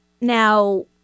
Now